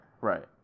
right